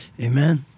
amen